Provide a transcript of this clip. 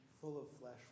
full-of-flesh